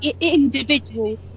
individual